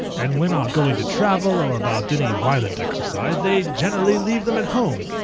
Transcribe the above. and when are going to travel, or about any violent exercise, they generally leave them at home,